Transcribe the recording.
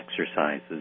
exercises